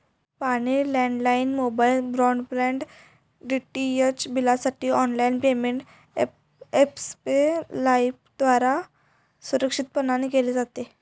पाणी, landline, mobile, broadband, DTH बिलांसाठी online payment Xpay लाइफद्वारा सुरक्षितपणान केले जाते